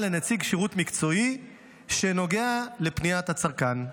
לנציג שירות מקצועי שנוגע לפניית הצרכן.